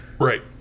Right